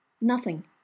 Nothing